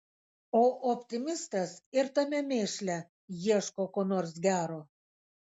o optimistas ir tame mėšle ieško ko nors gero